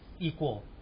equal